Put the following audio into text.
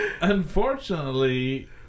unfortunately